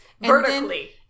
vertically